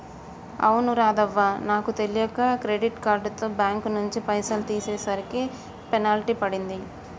అవును రాధవ్వ నాకు తెలియక క్రెడిట్ కార్డుతో బ్యాంకు నుంచి పైసలు తీసేసరికి పెనాల్టీ పడింది